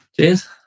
Cheers